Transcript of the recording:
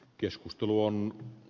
keskustelu on